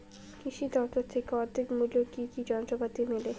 কৃষি দফতর থেকে অর্ধেক মূল্য কি কি যন্ত্রপাতি মেলে?